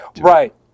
right